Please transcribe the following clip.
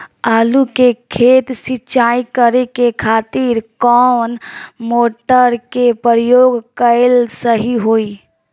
आलू के खेत सिंचाई करे के खातिर कौन मोटर के प्रयोग कएल सही होई?